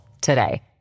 today